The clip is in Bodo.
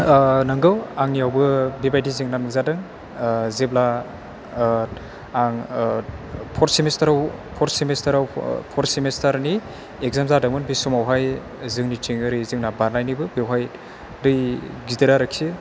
नंगौ आंनियावबो बेबायदि जेंना नुजादों जेब्ला आं फर सेमिस्टार आव फर सेमिस्टार आव फर सेमिस्टारनि एकजाम जादोंमोन बे समावहाय जोंनिथिं ओरै जोंना बारनानैबो बेवहाय दै गिदिर आरोखि